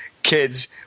kids